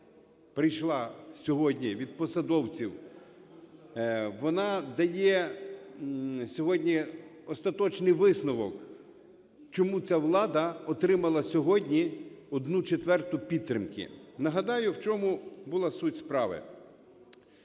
прийшла сьогодні від посадовців, вона дає сьогодні остаточний висновок, чому ця влада отримала сьогодні одну четверту підтримки. Нагадаю, в чому була суть справи.